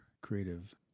creative